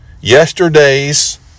Yesterday's